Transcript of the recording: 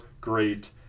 great